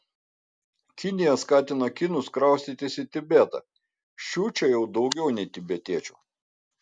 kinija skatina kinus kraustytis į tibetą šių čia jau daugiau nei tibetiečių